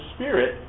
Spirit